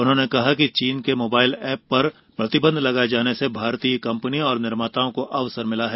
उन्होंने कहा कि चीन के मोबाइल ऐप पर प्रतिबंध लगाए जाने से भारतीय कंपनियों और निर्माताओं को अवसर मिला है